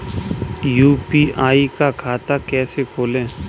UPI का खाता कैसे खोलें?